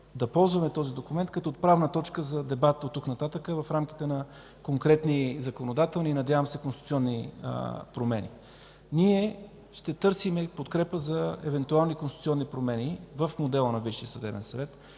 да ползваме този документ като отправна точка за дебат от тук нататък в рамките на конкретни законодателни, надявам се и конституционни промени. Ние ще търсим подкрепа за евентуални конституционни промени в модела на